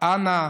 אנא,